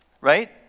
right